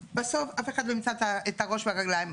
שבסוף אף אחד לא יימצא את הראש ואת הרגליים.